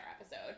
episode